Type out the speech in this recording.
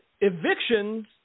evictions